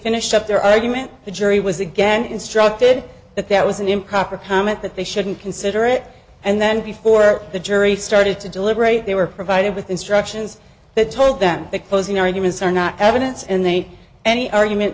up their argument the jury was again instructed that that was an improper comment that they shouldn't consider it and then before the jury started to deliberate they were provided with instructions that told them the closing arguments are not evidence and they any argument